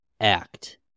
act